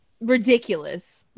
ridiculous